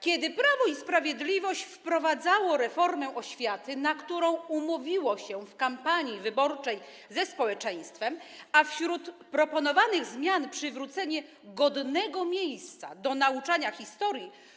Kiedy Prawo i Sprawiedliwość wprowadzało reformę oświaty, na którą umówiło się w kampanii wyborczej ze społeczeństwem, wśród proponowanych zmian było przywrócenie godnego miejsca nauczaniu historii.